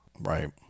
Right